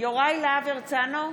יוראי להב הרצנו,